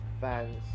fans